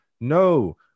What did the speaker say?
No